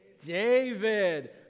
David